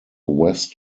west